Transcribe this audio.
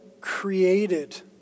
created